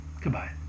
Goodbye